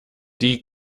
die